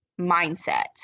mindset